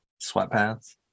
Sweatpants